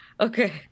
Okay